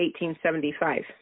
1875